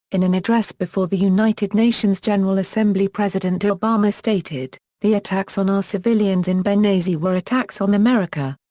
in an address before the united nations general assembly president obama stated, the attacks on our civilians in benghazi were attacks on america.